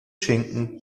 schinken